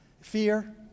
fear